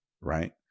Right